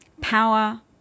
Power